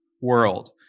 world